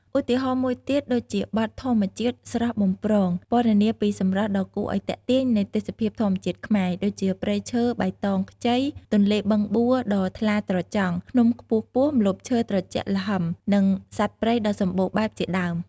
ឧទាហរណ៍មួយទៀតដូចជាបទ "ធម្មជាតិស្រស់បំព្រង" ពណ៌នាពីសម្រស់ដ៏គួរឲ្យទាក់ទាញនៃទេសភាពធម្មជាតិខ្មែរ ដូចជាព្រៃឈើបៃតងខ្ចី ទន្លេបឹងបួដ៏ថ្លាត្រចង់ ភ្នំខ្ពស់ៗ ម្លប់ឈើត្រជាក់ល្ហឹម និងសត្វព្រៃដ៏សម្បូរបែបជាដើម។